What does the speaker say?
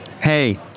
Hey